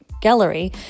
gallery